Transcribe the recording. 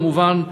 כמובן,